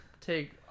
take